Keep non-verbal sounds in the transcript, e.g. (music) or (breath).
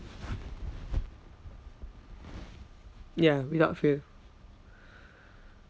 ya without fail (breath)